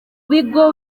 bigo